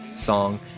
song